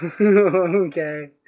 Okay